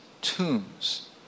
tombs